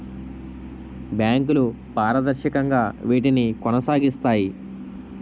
బ్యాంకులు పారదర్శకంగా వీటిని కొనసాగిస్తాయి